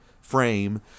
frame